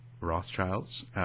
Rothschilds